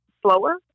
slower